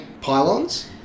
pylons